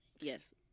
Yes